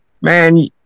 man